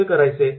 ते कसे करायचे